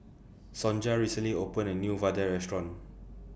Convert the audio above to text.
Sonja recently opened A New Vadai Restaurant